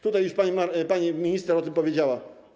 Tutaj już pani minister o tym powiedziała.